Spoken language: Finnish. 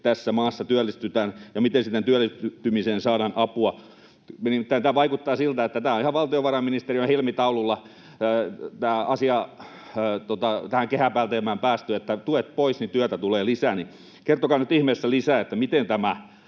tässä maassa työllistytään ja miten siihen työllistymiseen saadaan apua? Nimittäin tämä vaikuttaa siltä, että tähän kehäpäätelmään on ihan valtiovarainministeriön helmitaululla päästy: tuet pois, niin työtä tulee lisää. Kertokaa nyt ihmeessä lisää siitä, miten tämä